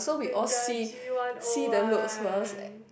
很 judgy one oh one